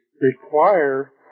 require